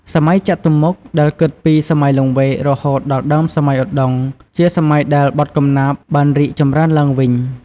សម័យចតុម្មុខដែលគិតពីសម័យលង្វែក រហូតដល់ដើមសម័យឧត្តុង្គ ជាសម័យដែលបទកំណាព្យបានរីកចម្រើនឡើងវិញ។